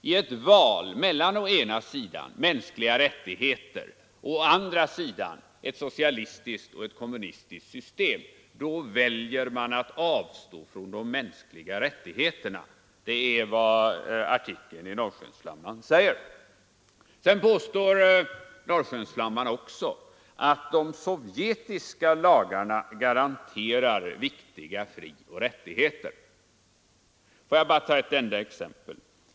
I ett val mellan å ena sidan mänskliga rättigheter och å andra sidan ett socialistiskt och ett kommunistiskt system väljer man att avstå från de mänskliga rättigheterna. Det är vad artikeln i Norrskensflamman säger. Sedan påstår Norrskensflamman också att de sovjetiska lagarna garanterar viktiga frioch rättigheter. Får jag bara ta ett enda exempel.